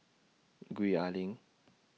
Gwee Ah Leng